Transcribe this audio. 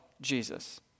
Jesus